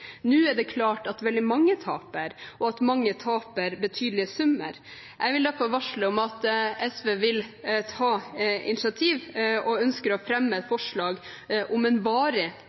Nå er det klart at veldig mange taper, og at mange taper betydelige summer. Jeg vil derfor varsle om at SV vil ta initiativ og ønsker å fremme forslag om en